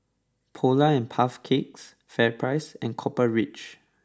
Polar and Puff Cakes FairPrice and Copper Ridge